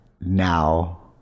now